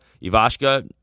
Ivashka